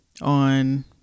on